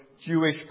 Jewish